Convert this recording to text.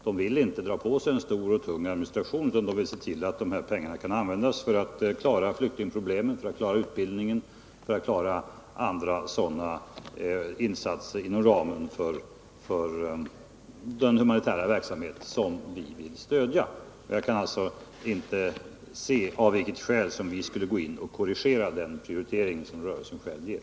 De vill inte dra på sig en stor och tung administration utan ser till att pengarna kan användas för flyktingproblemen, utbildning och andra sådana insatser inom ramen för den humanitära verksamhet som vi vill stödja. Jag kan alltså inte se, av vilket skäl vi skulle gå in och korrigera den prioritering som rörelsen själv gör.